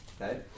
okay